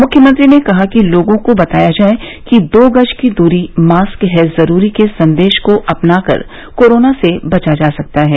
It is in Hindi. मुख्यमंत्री ने कहा कि लोगों को बताया जाए कि दो गज की दूरी मास्क है जरूरी के संदेश को अपनाकर कोरोना से बचा जा सकता है